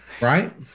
Right